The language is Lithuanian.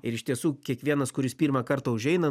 ir iš tiesų kiekvienas kuris pirmą kartą užeina